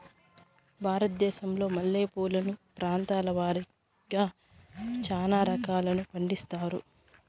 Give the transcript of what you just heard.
భారతదేశంలో మల్లె పూలను ప్రాంతాల వారిగా చానా రకాలను పండిస్తారు